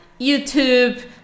YouTube